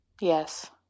Yes